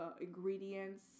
ingredients